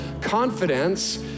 confidence